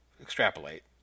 extrapolate